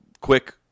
quick